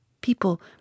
People